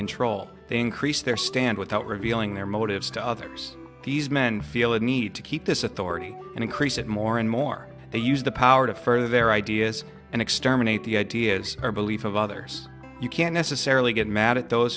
control they increase their stand without revealing their motives to others these men feel a need to keep this authority and increase it more and more they use the power to further their ideas and exterminate the ideas or beliefs of others you can't necessarily get mad at those